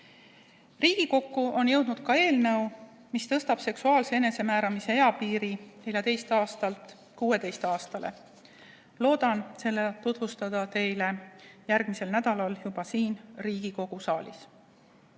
Riigikokku on jõudnud ka eelnõu, mis tõstab seksuaalse enesemääramise eapiiri 14 eluaastalt 16 eluaastale. Loodan seda tutvustada teile järgmisel nädalal juba siin Riigikogu saalis.